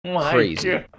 crazy